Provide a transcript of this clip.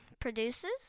produces